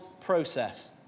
process